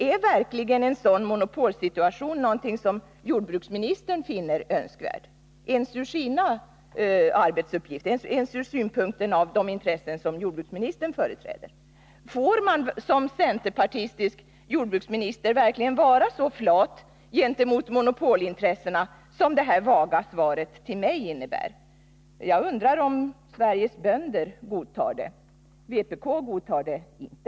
Är verkligen en sådan monopolsituation någonting som jordbruksministern finner önskvärt, även sett till endast de intressen som han företräder? Får man som centerpartistisk jordbruksminister verkligen vara så flat gentemot monopolintressena som jordbruksministern har varit i det vaga svar jag har fått? Jag undrar om Sveriges bönder godtar det. Vpk godtar det inte.